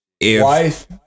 Wife